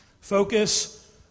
focus